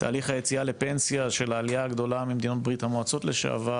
תהליך היציאה לפנסיה של העלייה הגדולה ממדינות ברית המועצות לשעבר,